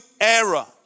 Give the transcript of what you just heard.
era